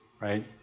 right